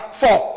four